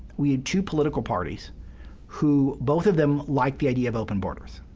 we had two political parties who, both of them like the idea of open borders.